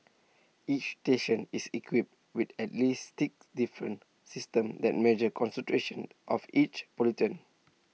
each station is equipped with at least six different systems that measure concentrations of each pollutant